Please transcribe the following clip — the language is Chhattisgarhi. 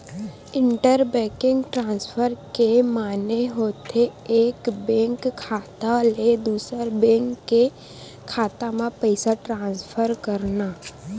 इंटर बेंकिंग ट्रांसफर के माने होथे एक बेंक खाता ले दूसर बेंक के खाता म पइसा ट्रांसफर करना